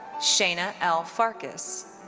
shana l. farkas.